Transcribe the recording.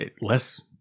less